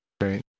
right